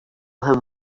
him